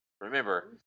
remember